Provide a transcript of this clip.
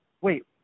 Wait